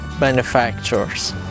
manufacturers